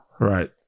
Right